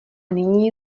nyní